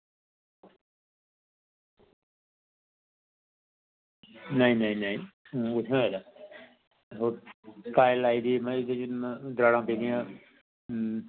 नेईं नेईं नेईं ओह् कु'त्थें आए दा